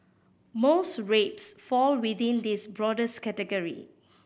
most rapes fall within this broadest category